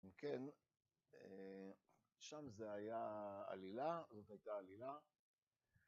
כן, שם זה היה עלילה, זאת הייתה עלילה.